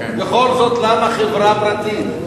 בכל זאת, למה חברה פרטית?